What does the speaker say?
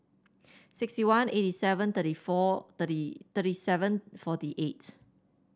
sixty one eighty seven thirty four thirty thirty seven forty eight